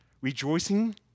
rejoicing